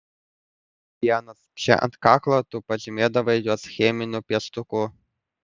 vienas čia ant kaklo tu pažymėdavai juos cheminiu pieštuku